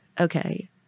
okay